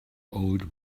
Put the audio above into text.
old